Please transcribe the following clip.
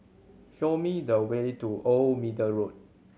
show me the way to Old Middle Road